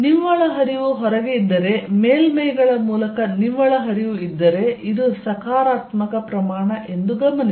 ನಿವ್ವಳ ಹರಿವು ಹೊರಗೆ ಇದ್ದರೆ ಮೇಲ್ಮೈಗಳ ಮೂಲಕ ನಿವ್ವಳ ಹರಿವು ಇದ್ದರೆ ಇದು ಸಕಾರಾತ್ಮಕ ಪ್ರಮಾಣ ಎಂದು ಗಮನಿಸಿ